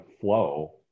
flow